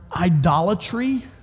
Idolatry